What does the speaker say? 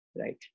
right